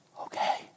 okay